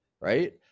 right